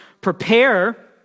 prepare